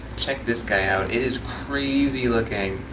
check this guy out. it is crazy-looking.